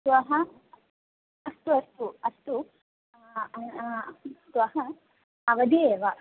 श्वः अस्तु अस्तु अस्तु श्वः अवधिः एव